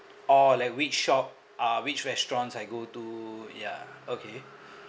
oh like which shop uh which restaurants I go to ya okay